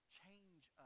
change